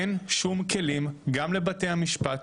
אין שום כלים גם לבתי משפט,